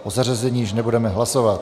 O zařazení již nebudeme hlasovat.